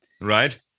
Right